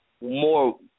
more